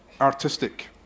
artistic